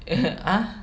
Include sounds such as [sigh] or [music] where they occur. [laughs] ah